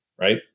right